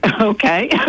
Okay